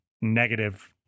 negative